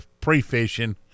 pre-fishing